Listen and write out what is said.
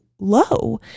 low